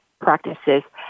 practices